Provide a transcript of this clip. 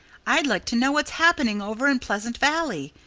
i'd like to know what's happening over in pleasant valley.